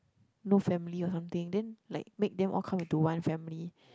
no family or something then like make them all come into one family